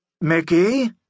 Mickey